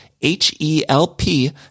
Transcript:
H-E-L-P